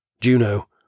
Juno